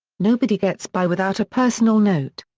nobody gets by without a personal note.